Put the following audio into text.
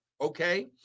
okay